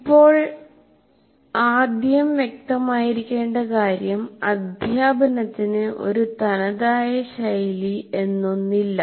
ഇപ്പോൾ ആദ്യം വ്യക്തമായിരിക്കേണ്ട കാര്യംഅദ്ധ്യാപനത്തിന് ഒരു തനതായ ശൈലി എന്നൊന്നില്ല